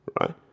right